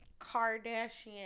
Kardashian